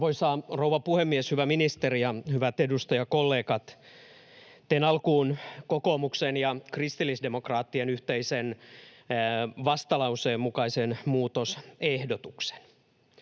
Arvoisa rouva puhemies, hyvä ministeri ja hyvät edustajakollegat! Teen alkuun kokoomuksen ja kristillisdemokraattien yhteisen vastalauseen mukaisen muutosehdotuksen.